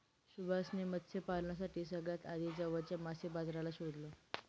सुभाष ने मत्स्य पालनासाठी सगळ्यात आधी जवळच्या मासे बाजाराला शोधलं